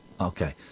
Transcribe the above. Okay